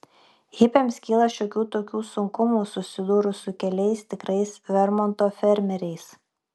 hipiams kyla šiokių tokių sunkumų susidūrus su keliais tikrais vermonto fermeriais